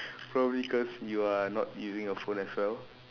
probably cause you are not using your phone as well